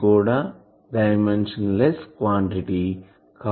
ఇది కూడా dimensionless quantity COSP